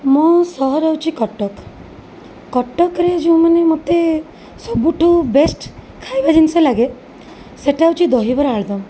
ମୋ ସହର ହେଉଛ କଟକ କଟକରେ ଯେଉଁମାନେ ମୋତେ ସବୁଠୁ ବେଷ୍ଟ ଖାଇବା ଜିନଷ ଲାଗେ ସେଇଟା ହେଉଛି ଦହିବରା ଆଳୁଦମ୍